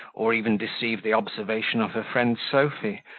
or even deceive the observation of her friend sophy,